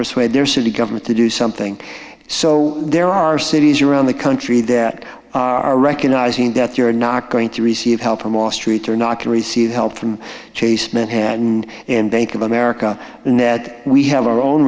persuade their city government to do something so there are cities around the country that are recognizing that you're not going to receive help from austria they're not to receive help from chase manhattan and bank of america and that we have our own